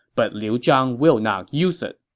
but liu zhang will not use it.